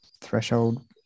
threshold